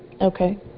Okay